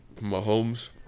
Mahomes